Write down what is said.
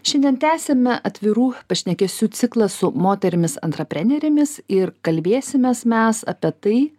šiandien tęsiame atvirų pašnekesių ciklą su moterimis antraprenerėmis ir kalbėsimės mes apie tai